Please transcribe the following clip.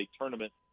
tournament